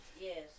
Yes